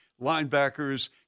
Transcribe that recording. Linebackers